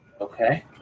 Okay